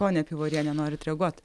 ponia pivoriene norit reaguot